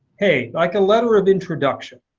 hey, like a letter of introduction.